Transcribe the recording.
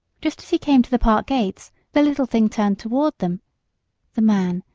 just as he came to the park gates the little thing turned toward them the man,